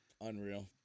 Unreal